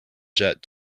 jet